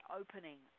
opening